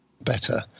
better